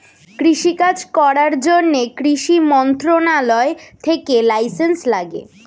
কৃষি কাজ করার জন্যে কৃষি মন্ত্রণালয় থেকে লাইসেন্স লাগে